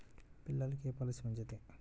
పిల్లలకు ఏ పొలసీ మంచిది?